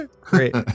Great